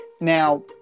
now